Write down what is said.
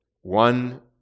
one